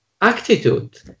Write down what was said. attitude